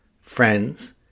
friends